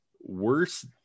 worse